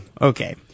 Okay